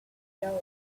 nigeria